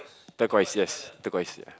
turquoise yes turquoise